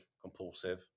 compulsive